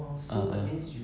ah ah